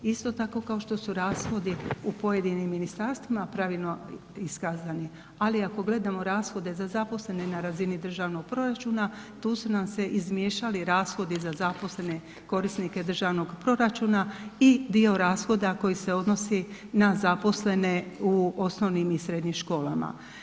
Isto tako kao što su rashodi u pojedinim ministarstvima pravilno iskazani ali ako gledamo rashode za zaposlene na razini državnog proračuna, tu su nam se izmiješali rashodi za zaposlene korisnike državnog proračuna i dio rashoda koji se odnosi na zaposlene u osnovnim i srednjim školama.